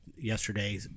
yesterday